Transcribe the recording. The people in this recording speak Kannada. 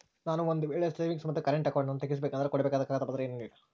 ನಾನು ಒಂದು ವೇಳೆ ಸೇವಿಂಗ್ಸ್ ಮತ್ತ ಕರೆಂಟ್ ಅಕೌಂಟನ್ನ ತೆಗಿಸಬೇಕಂದರ ಕೊಡಬೇಕಾದ ಕಾಗದ ಪತ್ರ ಏನ್ರಿ?